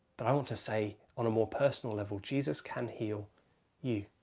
but i want to say, on a more personal level, jesus can heal you.